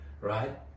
right